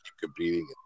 competing